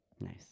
Nice